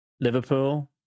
Liverpool